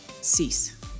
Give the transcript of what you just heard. cease